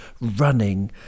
running